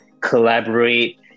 collaborate